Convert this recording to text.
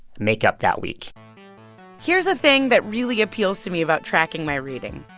make up that week here's the thing that really appeals to me about tracking my reading.